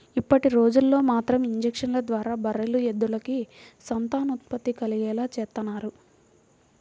ఇప్పటిరోజుల్లో మాత్రం ఇంజక్షన్ల ద్వారా బర్రెలు, ఎద్దులకి సంతానోత్పత్తి కలిగేలా చేత్తన్నారు